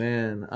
Man